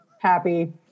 happy